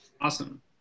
Awesome